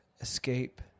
escape